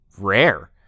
rare